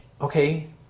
okay